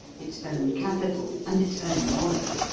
its own capital, and its own monarch.